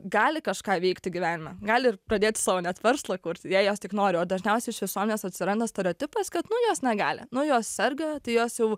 gali kažką veikti gyvenime gali ir pradėti savo net verslą kurti jei jos tik nori o dažniausiai iš visuomenės atsiranda stereotipas kad nu jos negali nu jos serga tai jos jau